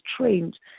trained